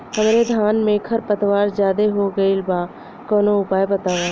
हमरे धान में खर पतवार ज्यादे हो गइल बा कवनो उपाय बतावा?